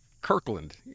Kirkland